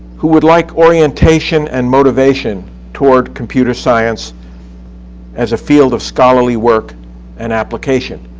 who would like orientation and motivation toward computer science as a field of scholarly work and application,